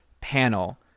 panel